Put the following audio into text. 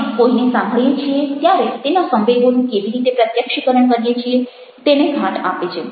આપણે કોઈને સાંભળીએ છીએ ત્યારે તેના સંવેગોનું કેવી રીતે પ્રત્યક્ષીકરણ કરીએ છીએ તેને ઘાટ આપે છે